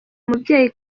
umubyeyi